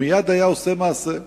הוא מייד היה עושה מעשה,